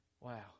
Wow